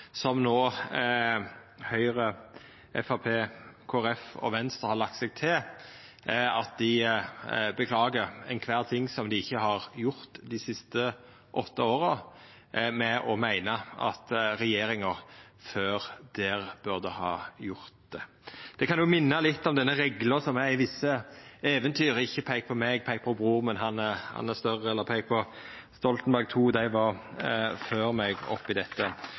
som no Høgre, Framstegspartiet, Kristeleg Folkeparti og Venstre har lagt seg til, at dei beklagar alle ting dei ikkje har gjort dei siste åtte åra, med å meina at regjeringa før burde ha gjort det. Det kan minna litt om den regla som er i visse eventyr: Ikkje peik på meg, peik på bror min, han er større. Peik på Stoltenberg II, dei var før meg i dette.